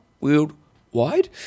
Worldwide